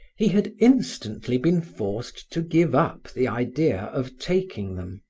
he had instantly been forced to give up the idea of taking them,